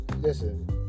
listen